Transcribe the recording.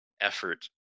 effort